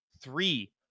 Three